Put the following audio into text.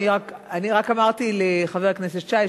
אני רק אמרתי לחבר הכנסת שי,